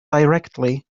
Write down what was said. directly